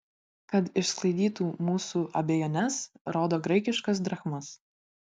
kad išsklaidytų mūsų abejones rodo graikiškas drachmas